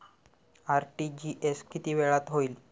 RTGS किती वेळात होईल?